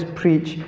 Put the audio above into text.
preach